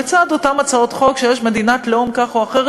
בצד אותן הצעות חוק שיש מדינת לאום כך או אחרת,